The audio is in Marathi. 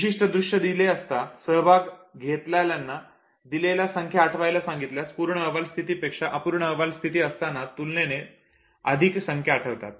विशिष्ट्य दृश्य दिले असता सहभाग घेतलेल्यांना दिलेल्या संख्या आठवायला सांगितल्यास पूर्ण अहवाल स्थिती पेक्षा अपूर्ण अहवाल स्थिती असताना तुलनेने अधिक संख्या आठवतात